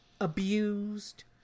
abused